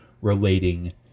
relating